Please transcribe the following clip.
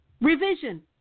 Revision